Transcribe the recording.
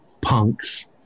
punks